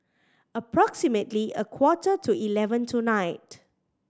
approximately a quarter to eleven tonight